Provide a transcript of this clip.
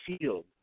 field